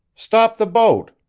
stop the boat!